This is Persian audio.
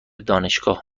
دانشگاه